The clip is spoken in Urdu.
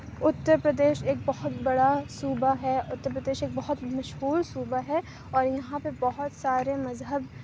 اتر پردیش ایک بہت بڑا صوبہ ہے اتر پردیش ایک بہت مشہور صوبہ ہے اور یہاں پہ بہت سارے مذہب